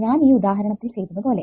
ഞാൻ ഈ ഉദാഹരണത്തിൽ ചെയ്തതുപോലെ